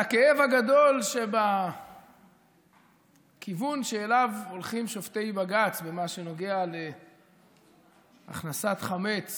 על הכאב הגדול שבכיוון שאליו הולכים שופטי בג"ץ במה שנוגע להכנסת חמץ